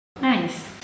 Nice